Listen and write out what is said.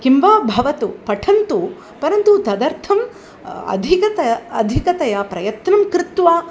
किं वा भवतु पठन्तु परन्तु तदर्थम् अधिकत अधिकतया प्रयत्नं कृत्वा